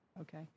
Okay